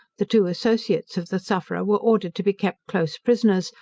the two associates of the sufferer were ordered to be kept close prisoners,